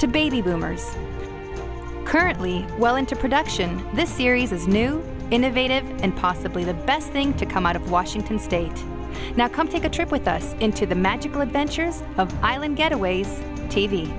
to baby boomers currently well into production this series is new innovative and possibly the best thing to come out of washington state now come take a trip with us into the magical adventures of island getaways t